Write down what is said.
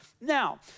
Now